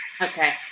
Okay